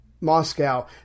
Moscow